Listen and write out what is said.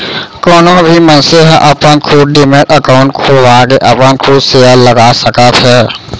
कोनो भी मनसे ह अपन खुद डीमैट अकाउंड खोलवाके अपन खुद सेयर लगा सकत हे